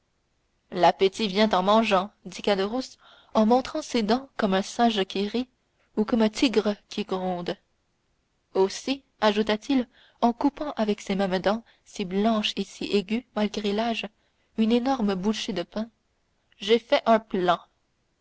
l'appétit vient en mangeant dit caderousse en montrant ses dents comme un singe qui rit ou comme un tigre qui gronde aussi ajouta-t-il en coupant avec ces mêmes dents si blanches et si aiguës malgré l'âge une énorme bouchée de pain j'ai fait un plan